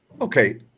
okay